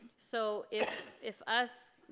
so if if us